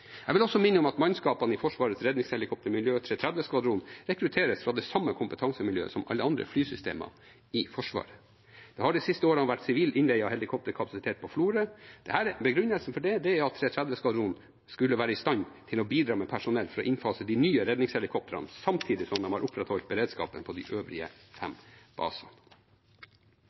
Jeg vil også minne om at mannskapene i Forsvarets redningshelikoptermiljø, 330-skvadronen, rekrutteres fra det samme kompetansemiljøet som alle andre flysystemer i Forsvaret. Det har de siste årene vært sivil innleie av helikopterkapasitet på Florø. Begrunnelsen for det er at 330-skvadronen skulle være i stand til å bidra med personell for å innfase de nye redningshelikoptrene samtidig som de har opprettholdt beredskapen på de øvrige fem basene.